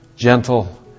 gentle